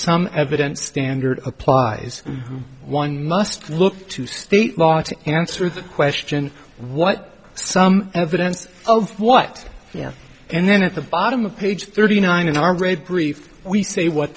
some evidence standard applied is one must look to state law to answer the question what are some evidence of what yeah and then at the bottom of page thirty nine in our great brief we say what